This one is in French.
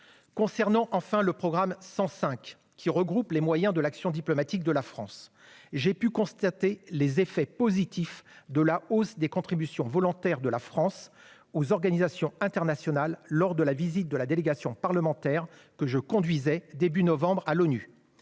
et dans le monde », qui regroupe les moyens de l'action diplomatique de la France, j'ai pu constater les effets positifs de la hausse des contributions volontaires de la France aux organisations internationales lors de la visite de la délégation parlementaire au siège de l'Organisation